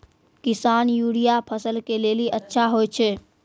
किसान यूरिया फसल के लेली अच्छा होय छै?